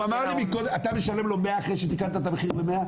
הוא אמר לי קודם אתה משלם לו 100 אחרי שתקנת את המחיר ל-100?